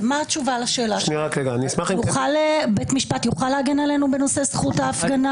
שאלות ליועץ המשפטי ואם את רוצה,